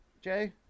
Jay